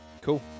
Cool